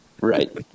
Right